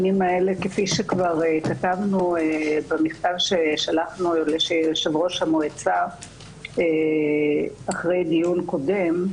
כפי שכתבנו במכתב ששלחנו ליושב-ראש המועצה אחרי דיון קודם,